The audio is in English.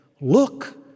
Look